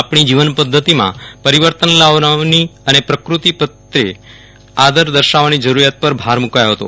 આપણી જીવન પધ્ધતિમાં પરિવર્તન લાવવાની અને પ્રકૃતિ પ્રત્યે આદર દર્શાવવાની જરૂરિયાત પર ભાર મુકાયો હતો